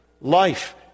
life